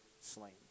slain